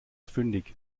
fündig